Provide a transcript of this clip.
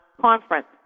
conference